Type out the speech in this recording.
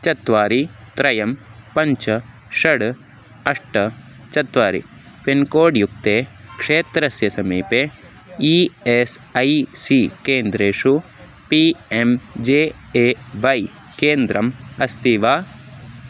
चत्वारि त्रयं पञ्च षड् अष्ट चत्वारि पिन्कोड् युक्ते क्षेत्रस्य समीपे ई एस् ऐ सी केन्द्रेषु P M J A Y केन्द्रम् अस्ति वा